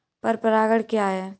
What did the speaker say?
पर परागण क्या है?